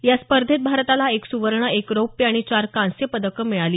या स्पर्धेत भारताला एक सुवर्ण एक रौप्य आणि चार कांस्य पदकं मिळाली